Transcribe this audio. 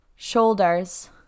shoulders